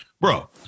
Bro